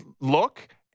look